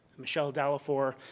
michelle dallafior,